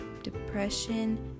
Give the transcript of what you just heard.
Depression